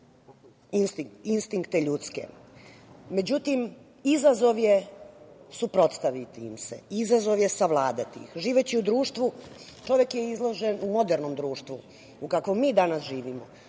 instinkte ljudske. Međutim, izazov je suprotstaviti im se, izazov je savladati ih. Živeći u društvu, u modernom društvu, u kakvom mi danas živimo,